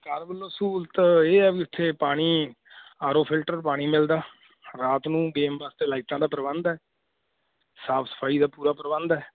ਸਰਕਾਰ ਵੱਲੋਂ ਸਹੂਲਤ ਇਹ ਹੈ ਵੀ ਉੱਥੇ ਪਾਣੀ ਆਰ ਓ ਫਿਲਟਰ ਪਾਣੀ ਮਿਲਦਾ ਰਾਤ ਨੂੰ ਗੇਮ ਵਾਸਤੇ ਲਾਈਟਾਂ ਦਾ ਪ੍ਰਬੰਧ ਹੈ ਸਾਫ਼ ਸਫ਼ਾਈ ਦਾ ਪੂਰਾ ਪ੍ਰਬੰਧ ਹੈ